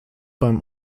beim